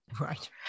Right